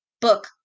book